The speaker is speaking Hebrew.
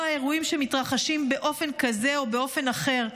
אירועים מתרחשים באופן כזה או באופן אחר,